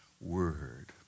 word